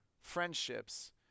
friendships